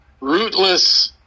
rootless